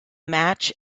match